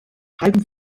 halbem